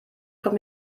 kommt